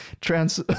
trans-